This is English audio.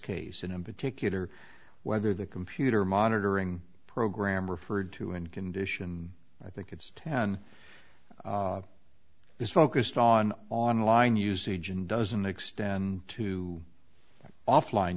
case and in particular whether the computer monitoring program referred to an condition i think it's ten is focused on online usage and doesn't extend to offline